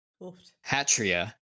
hatria